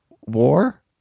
war